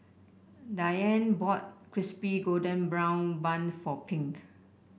Dianne bought Crispy Golden Brown Bun for Pink